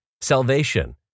salvation